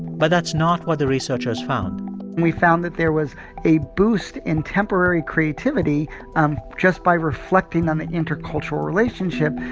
but that's not what the researchers found we found that there was a boost in temporary creativity um just by reflecting on the intercultural relationship.